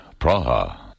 Praha